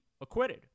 acquitted